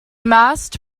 mast